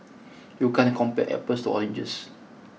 you can't compare apples to oranges